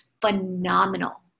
phenomenal